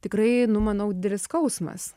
tikrai nu manau didelis skausmas